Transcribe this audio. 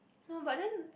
no but then